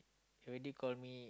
she already call me